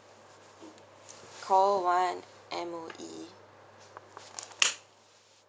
call one M_O_E